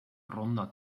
ronda